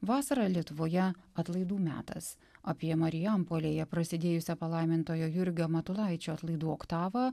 vasarą lietuvoje atlaidų metas apie marijampolėje prasidėjusią palaimintojo jurgio matulaičio atlaidų oktavą